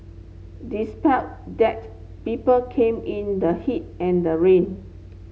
despite that people came in the heat and the rain